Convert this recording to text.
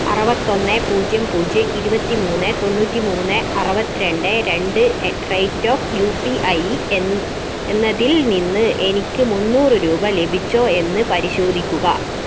അറുപത്തിയൊന്ന് പൂജ്യം പൂജ്യം ഇരുപത്തി മൂന്ന് തൊണ്ണൂറ്റി മൂന്ന് അറുപത്തിരണ്ട് രണ്ട് at rate of U P I N എന്നതിൽ നിന്ന് എനിക്ക് മുന്നൂറ് രൂപ ലഭിച്ചോ എന്ന് പരിശോധിക്കുക